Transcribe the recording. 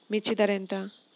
మిర్చి ధర ఎంత?